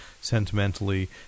sentimentally